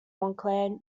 montclair